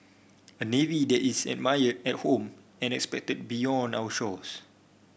a navy that is admired at home and respected beyond our shores